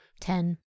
Ten